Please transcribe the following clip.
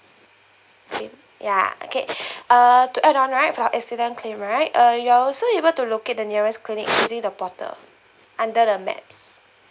okay ya okay uh to add on right for accident claim right uh you're also able to locate the nearest clinic using the portal under the meds